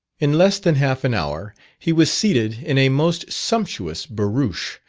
in less than half an hour, he was seated in a most sumptuous barouch,